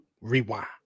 Rewind